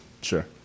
sure